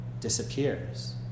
disappears